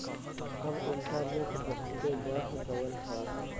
अब इन्टरनेट बहुते बढ़ गयल हौ